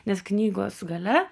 nes knygos gale